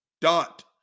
dot